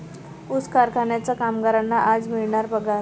ऊस कारखान्याच्या कामगारांना आज मिळणार पगार